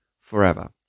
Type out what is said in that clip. forever